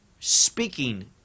speaking